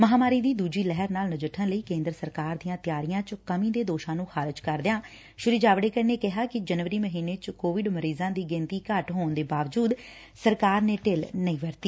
ਮਹਾਂਮਾਰੀ ਦੀ ਦੁਜੀ ਲਹਿਰ ਨਾਲ ਨਜਿੱਠਣ ਲਈ ਕੇ'ਦਰ ਸਰਕਾਰ ਦੀਆਂ ਤਿਆਰੀਆਂ ਚ ਕਮੀ ਦੇ ਦੋਸ਼ਾਂ ਨੁੰ ਖਾਰਿਜ਼ ਕਰਦਿਆਂ ਸ੍ਰੀ ਜਾਵੜੇਕਰ ਨੇ ਕਿਹਾ ਕਿ ਜਨਵਰੀ ਮਹੀਨੇ ਚ ਕੋਵਿਡ ਮਰੀਜ਼ਾਂ ਦੀ ਗਿਣਤੀ ਘੱਟ ਹੋਣ ਦੇ ਬਾਵਜੁਦ ਸਰਕਾਰ ਨੇ ਢਿੱਲ ਨਹੀਂ ਵਰਤੀ